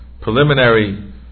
preliminary